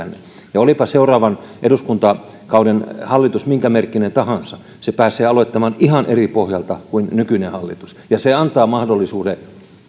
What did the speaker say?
käänne olipa seuraavan eduskuntakauden hallitus minkä merkkinen tahansa se pääsee aloittamaan ihan eri pohjalta kuin nykyinen hallitus ja se antaa mahdollisuuden